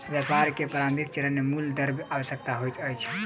व्यापार के प्रारंभिक चरण मे मूल द्रव्य आवश्यक होइत अछि